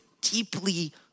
deeply